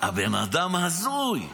הבן אדם הזוי.